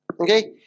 Okay